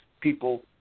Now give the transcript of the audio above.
people